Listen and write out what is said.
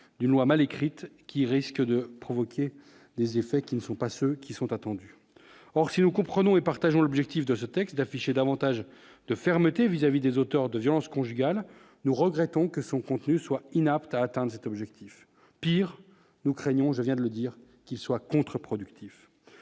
D'une loi mal écrites, qui risquent de provoquer des effets qui ne sont pas ceux qui sont attendus, or si nous comprenons et partageons l'objectif de ce texte afficher davantage de fermeté vis-à-vis des auteurs de violences conjugales, nous regrettons que son contenu soit inapte à atteindre cet objectif, pire, nous craignons je viens de le dire, qu'il soit contre-productif